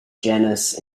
genus